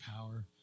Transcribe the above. power